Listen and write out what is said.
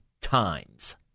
times